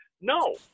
No